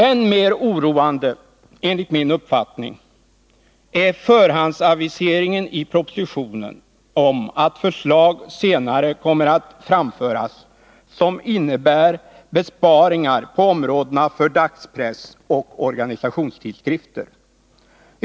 Än mer oroande, enligt min uppfattning, är förhandsaviseringen i propositionen att förslag senare kommer att framföras som innebär besparingar på områdena för dagspress och organisationstidskrifter.